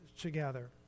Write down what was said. together